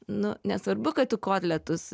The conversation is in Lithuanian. nu nesvarbu kad tu kotletus